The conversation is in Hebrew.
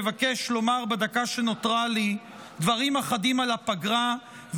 מבקש לומר דברים אחדים על הפגרה בדקה שנותרה לי.